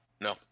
No